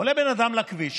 עולה בן אדם לכביש,